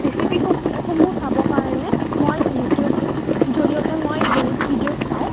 ৰেচিপিসমূহ চাবৰ কাৰণে মই ইউটিউবৰ জৰিয়তে মই বহুত ভিডিঅ' চাওঁ